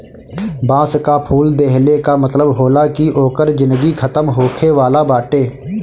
बांस कअ फूल देहले कअ मतलब होला कि ओकर जिनगी खतम होखे वाला बाटे